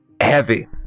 heavy